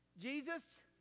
Jesus